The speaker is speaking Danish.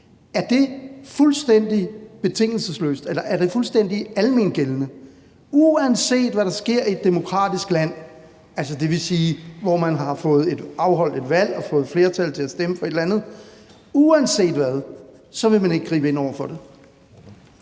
Er det fuldstændig betingelsesløst? Er det fuldstændig almengældende, at man, uanset hvad der sker i et demokratisk land – altså, det vil sige, hvor man har fået afholdt et valg og fået et flertal til at stemme for et eller andet – ikke vil gribe ind over for det?